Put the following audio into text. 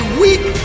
weak